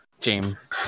James